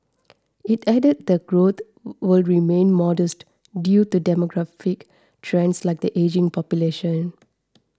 it added that growth were remain modest due to demographic trends like the ageing population